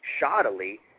shoddily